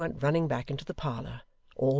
dolly went running back into the parlour,